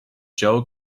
joe